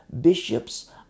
bishops